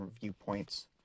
viewpoints